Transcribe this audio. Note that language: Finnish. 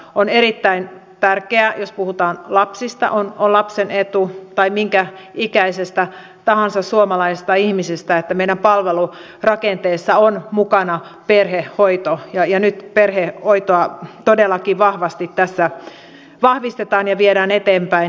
on erittäin tärkeää on lapsen etu jos puhutaan lapsista tai minkä ikäisestä tahansa suomalaisesta ihmisestä että meidän palvelurakenteessamme on mukana perhehoito ja nyt perhehoitoa todellakin vahvasti tässä vahvistetaan ja viedään eteenpäin